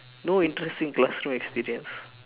no interesting classroom experience